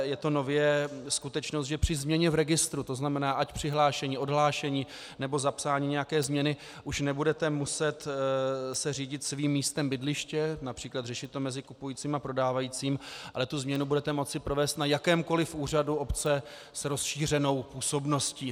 Je to nově skutečnost, že při změně v registru, to znamená ať přihlášení, tak odhlášení nebo zapsání nějaké změny, už se nebudete muset řídit svým místem bydliště, například řešit to mezi kupujícím a prodávajícím, ale tu změnu budete moci provést na jakémkoliv úřadu obce s rozšířenou působností.